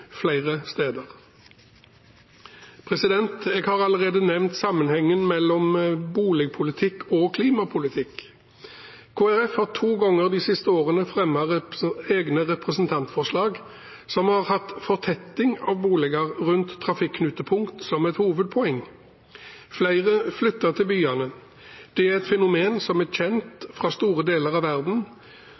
flere steder. Jeg har allerede nevnt sammenhengen mellom boligpolitikk og klimapolitikk. Kristelig Folkeparti har to ganger de siste årene fremmet egne representantforlag som har hatt fortetting med boliger rundt trafikk-knutepunkt som et hovedpoeng. Flere flytter til byene. Det er et fenomen som er kjent fra store deler av verden.